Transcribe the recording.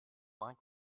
like